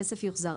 הכסף יוחזר.